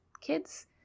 Kids